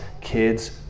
kids